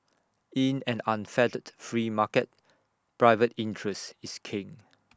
in an unfettered free market private interest is king